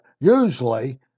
usually